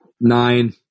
Nine